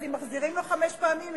אז אם מחזירים לו חמש פעמים,